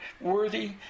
worthy